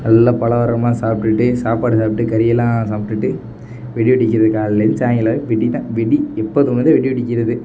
நல்லா பலகாரமாக சாப்பிட்டுட்டு சாப்பாடு சாப்பிட்டு கறியெல்லாம் சாப்பிட்டுட்டு வெடி வெடிக்கிறது காலைலேந்து சாயங்காலம் வரைக்கும் வெடின்னா வெடி எப்போ தோணுதோ வெடி வெடிக்கிறது